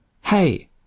Hey